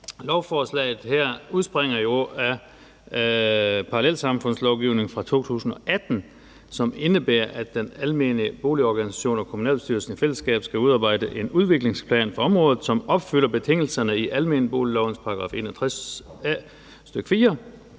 Lovforslaget her udspringer jo af parallelsamfundslovgivningen fra 2018, som indebærer, at den almene boligorganisation og kommunalbestyrelsen i fællesskab skal udarbejde en udviklingsplan for området, som opfylder betingelserne i almenboliglovens § 61 a, stk. 4.